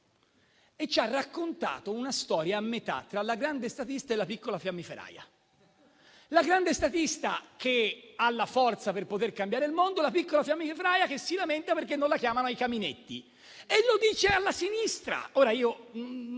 Ci ha raccontato una storia a metà tra la grande statista e la piccola fiammiferaia: la grande statista che ha la forza per poter cambiare il mondo, la piccola fiammiferaia che si lamenta perché non la chiamano ai caminetti. E lo dice alla sinistra.